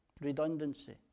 Redundancy